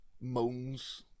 moans